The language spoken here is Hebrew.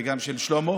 וגם שלמה,